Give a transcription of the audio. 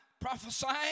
prophesying